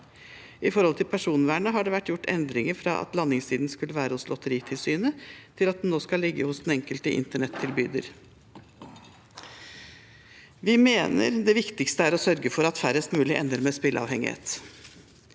det gjelder personvernet, har det vært gjort endringer fra at landingssiden skulle være hos Lotteritilsynet, til at den nå skal ligge hos den enkelte internettilbyder. Vi mener det viktigste er å sørge for at færrest mulig ender med spilleavhengighet.